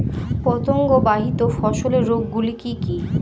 পতঙ্গবাহিত ফসলের রোগ গুলি কি কি?